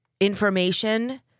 Information